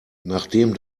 nachdem